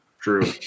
True